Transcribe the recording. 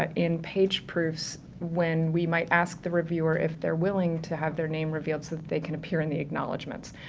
ah in page proofs when we might ask the reviewer if they're willing to have their name revealed so that they can appear in the acknowledgements.